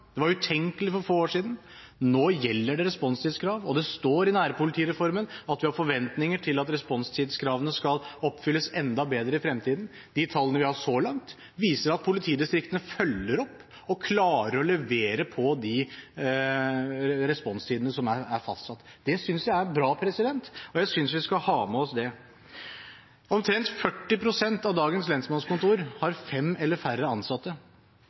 Det var utenkelig for få år siden, men nå gjelder responstidskrav, og det står i nærpolitireformen at vi har forventninger til at responstidskravene skal oppfylles enda bedre i fremtiden. De tallene vi har så langt, viser at politidistriktene følger opp og klarer å levere på de responstidene som er fastsatt. Det synes jeg er bra, og jeg synes vi skal ha med oss det. Omtrent 40 pst. av dagens lensmannskontor har fem eller færre ansatte.